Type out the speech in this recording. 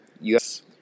Yes